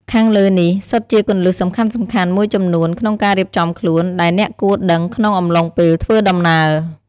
ខាងលើនេះ សុទ្ធជាគន្លឹះសំខាន់ៗមួយចំនួនក្នុងការរៀបចំខ្លួន ដែលអ្នកគួរដឹងក្នុងអំឡុងពេលធ្វើដំណើរ។